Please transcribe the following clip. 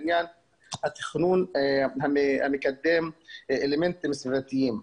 עניין התכנון המקדם אלמנטים סביבתיים.